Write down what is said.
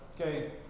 Okay